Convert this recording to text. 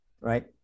right